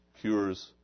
cures